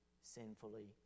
sinfully